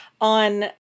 on